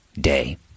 day